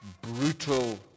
brutal